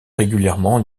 régulièrement